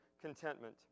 contentment